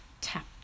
Tap